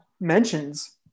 mentions